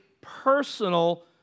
personal